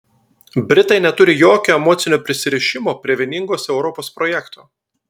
britai neturi jokio emocinio prisirišimo prie vieningos europos projekto